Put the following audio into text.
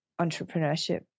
entrepreneurship